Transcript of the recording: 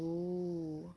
oh